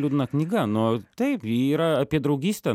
liūdna knyga no taip ji yra apie draugystę